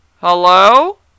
Hello